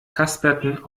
kasperten